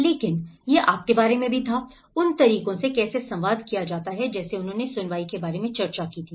लेकिन यह आप के बारे में भी था उन तरीकों से कैसे संवाद किया जाता है जैसे उन्होंने सुनवाई के बारे में चर्चा की थी